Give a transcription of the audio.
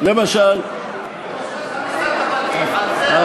אז תגיד לי: